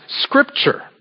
scripture